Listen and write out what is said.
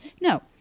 no